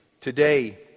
today